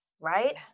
right